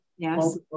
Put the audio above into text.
Yes